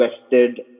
vested